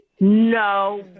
No